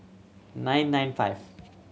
nine nine five